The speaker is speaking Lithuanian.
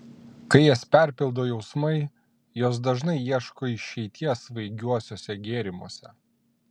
kai jas perpildo jausmai jos dažnai ieško išeities svaigiuosiuose gėrimuose